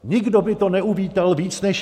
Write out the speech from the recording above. Nikdo by to neuvítal víc než já.